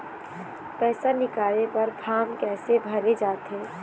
पैसा निकाले बर फार्म कैसे भरे जाथे?